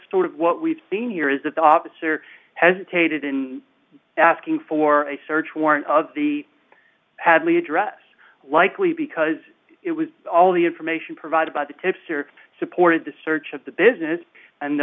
what we've seen here is that the officer hesitated in asking for a search warrant of the hadley address likely because it was all the information provided by the tipster supported the search of the business and